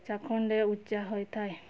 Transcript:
ଚାଖଣ୍ଡେ ଉଚ୍ଚା ହୋଇଥାଏ